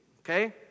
Okay